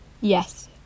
Yes